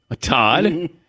Todd